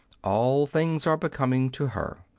all things are becoming to her.